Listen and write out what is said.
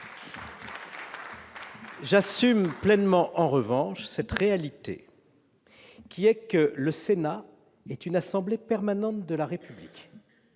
J'assume pleinement, en revanche, cette réalité que le Sénat est une assemblée permanente de la République